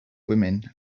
women